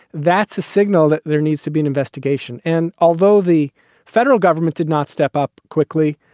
that's a signal that there needs to be an investigation. and although the federal government did not step up quickly,